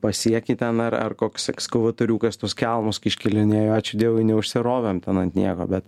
pasieki ten ar ar koks ekskavatoriukas tuos kelmus kai iškėlinėjo ačiū dievui neužsirovėm ten ant nieko bet